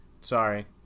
Sorry